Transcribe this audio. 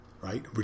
Right